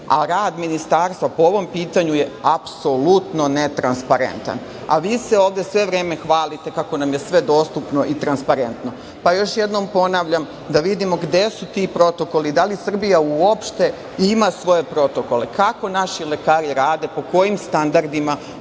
a rad Ministarstva po ovom pitanju je apsolutno netransparentan. A vi se ovde sve vreme hvalite kako nam je sve dostupno i transparentno. Pa još jednom ponavljam, da vidimo gde su ti protokoli, da li Srbija uopšte ima svoje protokole, kako naši lekari rade, po kojim standardima,